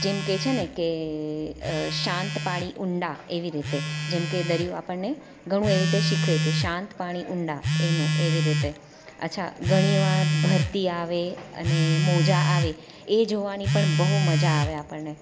જેમ કે છે ને કે શાંત પાણી ઊંડા એવી રીતે જેમ કે દરિયો આપણને ઘણું એવી રીતે શીખવે કે શાંત પાણી ઊંડા એમ એવી રીતે અચ્છા ઘણી વાર ભરતી આવે અને મોજા આવે એ જોવાની પણ બહુ મજા આવે આપણને